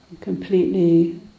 completely